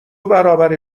برابر